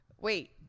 wait